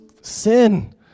sin